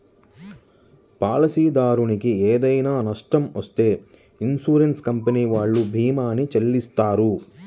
పాలసీదారునికి ఏదైనా నష్టం వత్తే ఇన్సూరెన్స్ కంపెనీ వాళ్ళు భీమాని చెల్లిత్తారు